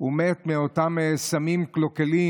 הוא מת מאותם סמים קלוקלים,